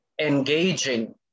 engaging